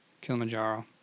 Kilimanjaro